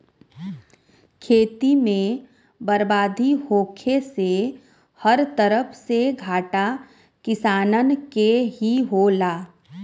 खेती में बरबादी होखे से हर तरफ से घाटा किसानन के ही होला